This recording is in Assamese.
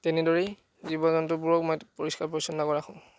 তেনেদৰেই জীৱ জন্তুবোৰক মই পৰিস্কাৰ পৰিচ্ছন্নতাকৈ ৰাখোঁ